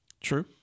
True